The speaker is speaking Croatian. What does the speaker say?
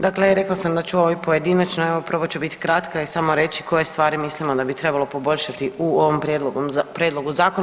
Dakle, rekla sam da ću ovdje pojedinačno, evo prvo ću biti kratka i samo reći koje stvari mislimo da bi trebalo poboljšati u ovom prijedlogu zakona.